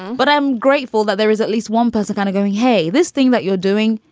but i'm grateful that there is at least one person kind of going, hey, this thing that you're doing.